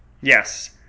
Yes